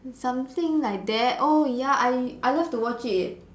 something like that oh ya I I love to watch it